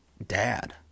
dad